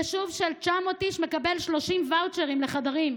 יישוב של 900 איש מקבל 30 ואוצ'רים לחדרים.